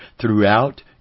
throughout